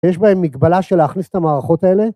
יש בהם מגבלה של להכניס את המערכות האלה.